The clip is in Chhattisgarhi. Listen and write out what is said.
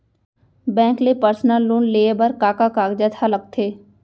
बैंक ले पर्सनल लोन लेये बर का का कागजात ह लगथे?